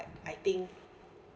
I think